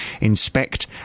inspect